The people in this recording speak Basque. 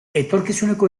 etorkizuneko